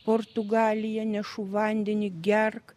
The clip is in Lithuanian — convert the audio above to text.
portugaliją nešu vandenį gerk